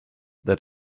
that